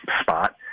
spot